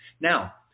Now